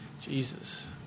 jesus